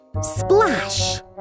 Splash